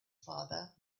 father